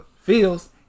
feels